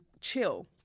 chill